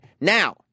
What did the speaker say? Now